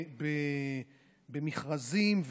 במכרזים,